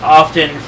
often